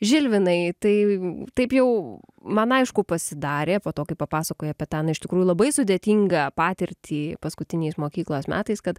žilvinai tai taip jau man aišku pasidarė po to kai papasakojai apie tą na iš tikrųjų labai sudėtingą patirtį paskutiniais mokyklos metais kad